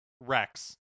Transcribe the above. Rex